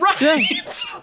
right